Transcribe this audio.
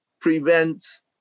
prevents